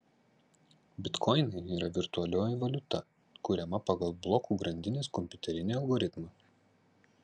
bitkoinai yra virtualioji valiuta kuriama pagal blokų grandinės kompiuterinį algoritmą